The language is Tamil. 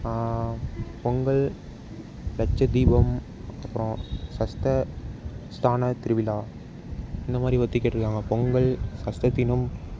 பொங்கல் லட்சதீபம் அப்றோம் சஸ்ட ஸ்தான திருவிழா இந்தமாதிரி பற்றி கேட்டிருக்காங்க பொங்கல்